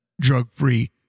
drug-free